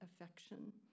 affection